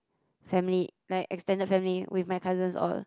family like extended family with my cousins all